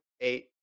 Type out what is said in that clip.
eight